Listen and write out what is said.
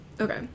Okay